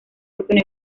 propio